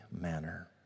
manner